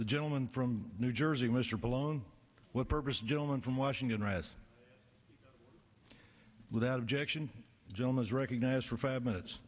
the gentleman from new jersey mr billow with purpose gentleman from washington ross without objection gentleman's recognized for five minutes